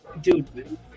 dude